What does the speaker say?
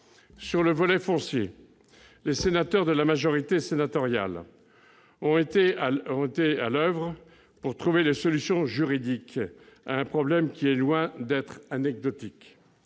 Sur le volet foncier, les membres de la majorité sénatoriale ont été à l'oeuvre pour trouver les solutions juridiques à un problème qui est loin d'être anecdotique.